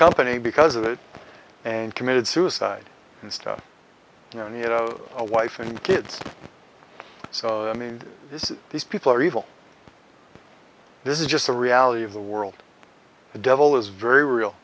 company because of it and committed suicide and stuff you know a wife and kids so i mean this is these people are evil this is just the reality of the world the devil is very real